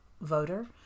voter